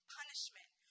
punishment